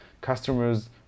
customers